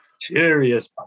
serious